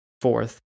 Fourth